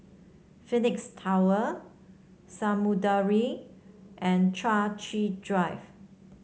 Phoenix Tower Samudera and Chai Chee Drive